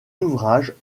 ouvrages